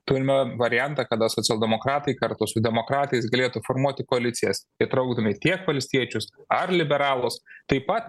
turime variantą kada socialdemokratai kartu su demokratais galėtų formuoti koalicijas įtraukdami tiek valstiečius ar liberalus taip pat